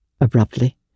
abruptly